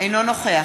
אינו נוכח